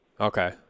Okay